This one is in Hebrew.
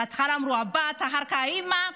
בהתחלה אמרו הבת, אחר כך האימא.